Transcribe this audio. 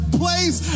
place